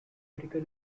medical